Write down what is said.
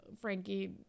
frankie